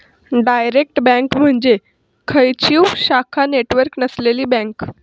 direct bank म्हणजे खंयचीव शाखा नेटवर्क नसलेली बँक